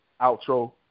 outro